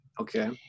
okay